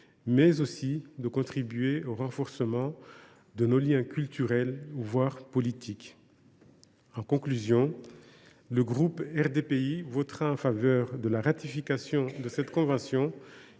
mais aussi de renforcer nos liens culturels, voire politiques. En conclusion, le groupe RDPI votera en faveur de la ratification de cette convention,